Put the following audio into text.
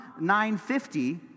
950